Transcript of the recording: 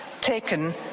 taken